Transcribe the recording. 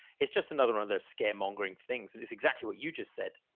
it's just another one of those scaremongering things. and it's exactly what you just said.